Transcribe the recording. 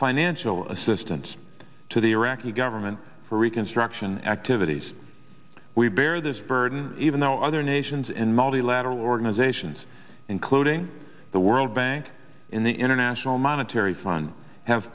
financial assistance to the iraqi government for reconstruction activities we bear this burden even though other nations in multilateral organizations including the world bank in the international monetary fund have